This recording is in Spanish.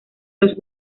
los